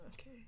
okay